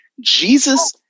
Jesus